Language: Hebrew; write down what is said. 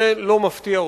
זה לא מפתיע אותנו,